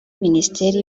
minisiteri